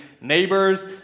neighbors